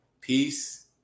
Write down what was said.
Peace